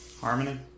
Harmony